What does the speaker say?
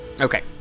Okay